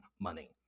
money